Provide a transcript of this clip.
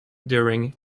during